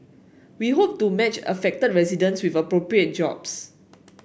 we hope to match affected residents with appropriate jobs